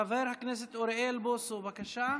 חבר הכנסת אוריאל בוסו, בבקשה.